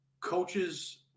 Coaches